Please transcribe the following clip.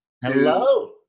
Hello